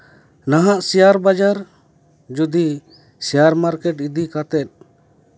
ᱱᱟᱦᱟᱜ ᱥᱮᱭᱟᱨ ᱵᱟᱡᱟᱨ ᱡᱩᱫᱤ ᱥᱮᱭᱟᱨ ᱢᱟᱨᱠᱮᱴ ᱤᱫᱤ ᱠᱟᱛᱮᱫ